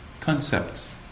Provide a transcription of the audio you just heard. concepts